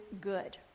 good